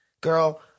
girl